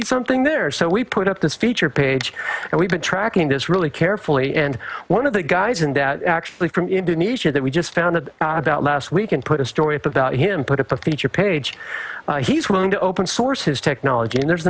be something there so we put up this feature page and we've been tracking this really carefully and one of the guys in that actually from indonesia that we just found out about last week and put a story up about him put up a feature page he's willing to open source his technology and there